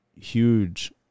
Huge